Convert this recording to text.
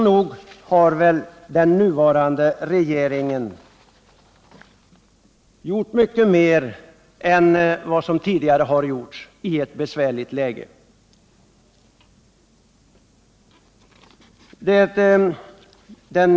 Nog har väl den nuvarande regeringen i ett besvärligt läge gjort mycket mer än vad som tidigare har gjorts för att upprätthålla sysselsättningen.